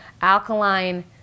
alkaline